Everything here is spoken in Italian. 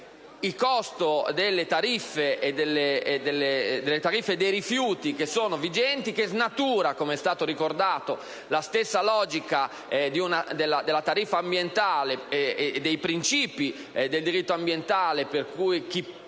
il costo delle tariffe dei rifiuti che sono vigenti, e snatura - com'è stato ricordato - la stessa logica della tariffa ambientale e del principio del diritto ambientale per cui chi